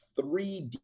three